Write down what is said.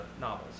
novels